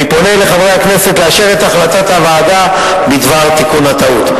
אני פונה לחברי הכנסת לאשר את החלטת הוועדה בדבר תיקון הטעות.